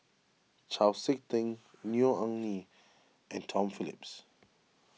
Chau Sik Ting Neo Anngee and Tom Phillips